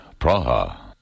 Praha